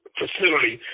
facility